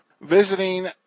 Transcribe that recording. visiting